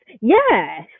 Yes